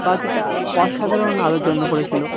বাকিটা অসাধারণ আলোর জন্য করেছিলো